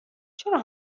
چرا